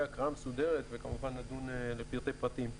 הקראה מסודרת וכמובן נדון לפרטי פרטים.